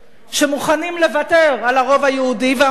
שמוכנים לוותר על הרוב היהודי והמדינה